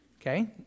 Okay